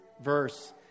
verse